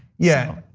yeah,